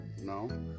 No